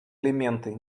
элементы